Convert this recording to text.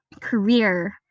career